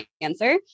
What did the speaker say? answer